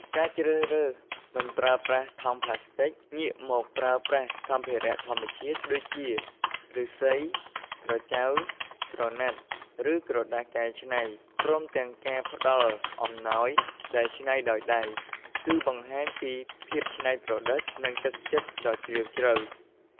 ការជ្រើសរើសមិនប្រើប្រាស់ថង់ប្លាស្ទិក ងាកមកប្រើប្រាស់សម្ភារៈធម្មជាតិ ដូចជាឫស្សី ក្រចៅ ក្រណាត់ ឬក្រដាសកែច្នៃ ព្រមទាំងការផ្តល់អំណោយដែលច្នៃដោយដៃ គឺបង្ហាញពីភាពច្នៃប្រឌិត និងទឹកចិត្តដ៏ជ្រាលជ្រៅ។